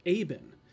Aben